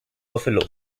buffalo